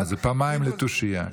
אז זה פעמיים לתושייה.